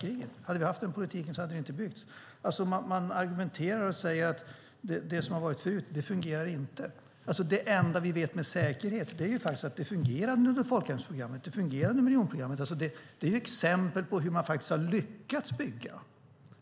Hade vi haft den politiken sedan andra världskriget hade de bostäderna inte byggts. Man säger att det som har varit förut inte fungerar. Det enda vi vet med säkerhet är att det fungerade med folkhemsprogrammet och med miljonprogrammet. Det är exempel på hur man faktiskt har lyckats bygga.